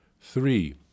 Three